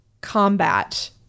combat